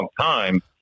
time